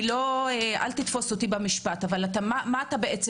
אל תתפוס אותי במילה אבל אתה בעצם